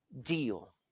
deal